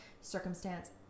circumstance